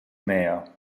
mayo